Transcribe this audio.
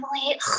Emily